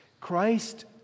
christ